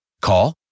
Call